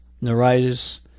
neuritis